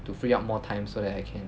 to free up more time so that I can